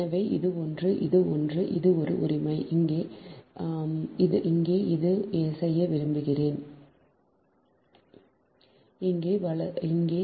எனவே இது ஒன்று இது ஒன்று இது ஒரு உரிமை இங்கே நாம் இங்கே செய்ய விரும்புகிறோம் இங்கே இங்கே